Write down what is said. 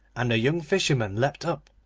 and the young fisherman leapt up,